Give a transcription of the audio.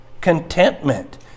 contentment